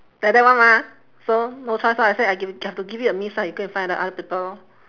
like that [one] mah so no choice orh I say I gi~ have to give it a miss ah you go and find other people lor